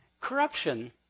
corruption